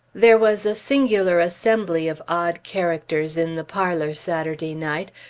there was a singular assembly of odd characters in the parlor saturday night,